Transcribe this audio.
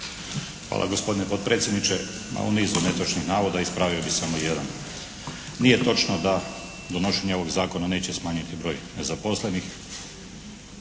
Hvala gospodine potpredsjedniče. Ma u nizu netočnih navoda ispravio bih samo jedan. Nije točno da donošenje ovog Zakona neće smanjiti broj nezaposlenih